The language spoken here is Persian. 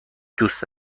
دوست